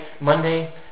Monday